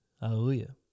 hallelujah